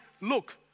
look